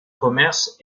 commerce